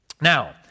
Now